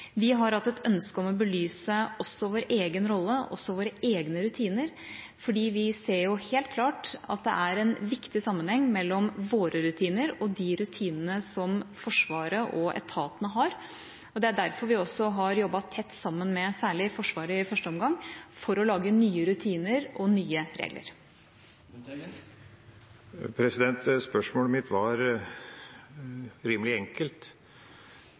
Vi har hatt et ønske om å belyse også vår egen rolle, våre egne rutiner, fordi vi helt klart ser at det er en viktig sammenheng mellom våre rutiner og de rutinene som Forsvaret og etatene har. Det er derfor vi også har jobbet tett sammen med særlig Forsvaret i første omgang, for å lage nye rutiner og nye regler. Spørsmålet mitt var rimelig enkelt,